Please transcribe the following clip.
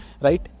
right